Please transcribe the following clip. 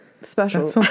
special